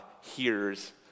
hears